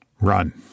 run